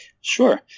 Sure